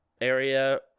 area